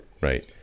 Right